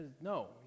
no